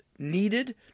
needed